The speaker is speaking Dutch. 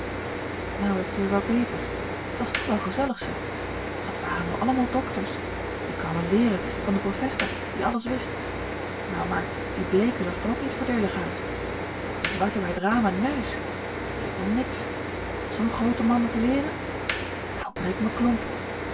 nou werd ze weer wa beter t was toch wel gezellig zoo dat ware nou allemaal dokters die kwamme leere van den grofester die alles wist nou maar die bleeke zag d'r ook niet voordeelig uit wat had die zwarte bij t raam n neus t leek wel niks mot zoo'n groote man nog leere nou breek me klomp